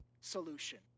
solution